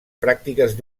pràctiques